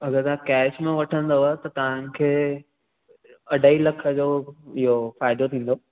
अगरि तव्हां कैश में वठंदव त तव्हांखे अढाई लख जो इहो फ़ाइदो थींदो